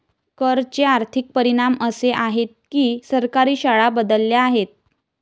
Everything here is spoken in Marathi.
कर चे आर्थिक परिणाम असे आहेत की सरकारी शाळा बदलल्या आहेत